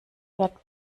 wird